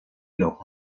los